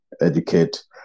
educate